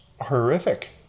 horrific